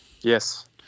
Yes